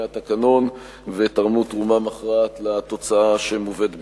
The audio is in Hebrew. התקנון ותרמו תרומה מכרעת לתוצאה שמובאת בפניכם.